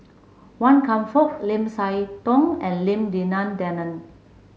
Wan Kam Fook Lim Siah Tong and Lim Denan Denon